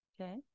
Okay